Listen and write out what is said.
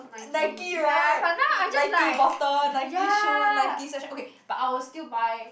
Nike right Nike bottle Nike shoe Nike such okay but I will still buy